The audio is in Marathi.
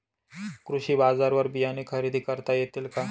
कृषी बाजारवर बियाणे खरेदी करता येतील का?